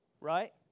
right